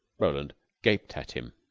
roland gaped at him.